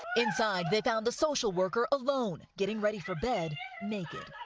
inside they found a social worker alone getting ready for bed naked.